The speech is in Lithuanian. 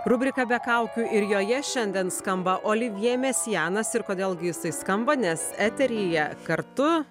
rubrika be kaukių ir joje šiandien skamba olivjė mesianas ir kodėl gi jisai skamba nes eteryje kartu